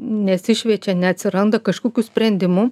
nesišviečia neatsiranda kažkokių sprendimų